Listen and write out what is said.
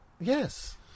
Yes